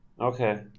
Okay